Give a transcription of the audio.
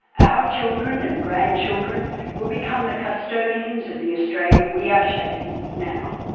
our children and grandchildren will become the custodians of the australia we are shaping now.